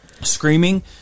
screaming